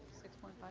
six point but